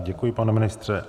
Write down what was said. Děkuji, pane ministře.